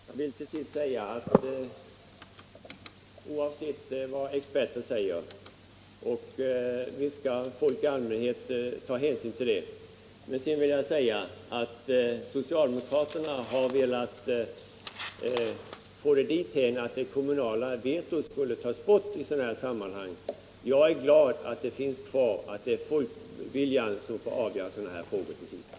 Herr talman! Visst skall folk i allmänhet ta hänsyn till vad experter säger, men oavsett detta vill jag säga att socialdemokraterna har velat få det dithän att det kommunala vetot skulle tas bort i sådana här sammanhang. Men jag är glad att det finns kvar, att det är folkviljan som får avgöra sådana här frågor till sist.